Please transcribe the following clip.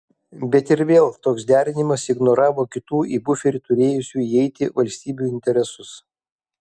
bet ir vėl toks derinimas ignoravo kitų į buferį turėjusių įeiti valstybių interesus